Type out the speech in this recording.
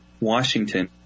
Washington